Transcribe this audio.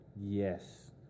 yes